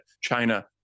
China